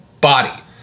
body